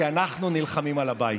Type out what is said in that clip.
כי אנחנו נלחמים על הבית.